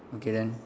okay then